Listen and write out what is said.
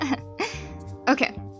Okay